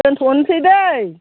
दोनथ'निसै दै